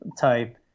type